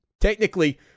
technically